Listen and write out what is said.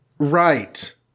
Right